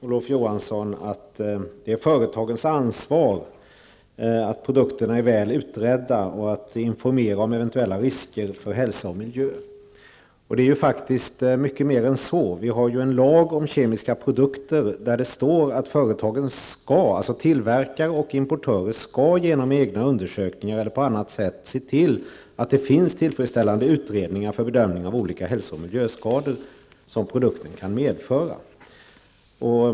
Olof Johansson säger att det är företagens ansvar att produkterna är väl utredda och att informera om eventuella risker för hälsa och miljö. Det gäller faktiskt mycket mera än så. Vi har en lag om kemiska produkter, där det står att tillverkare och importörer genom egna undersökningar eller på annat sätt skall se till att det finns tillfredsställande utredningar för bedömningar av olika hälso och miljöskador som produkten kan medföra.